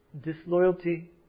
disloyalty